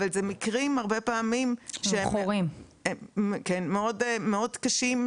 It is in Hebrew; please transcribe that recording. אבל הרבה פעמים אלה מקרים מאוד קשים,